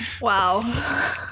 Wow